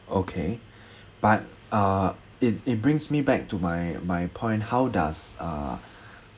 okay but uh it it brings me back to my my point how does uh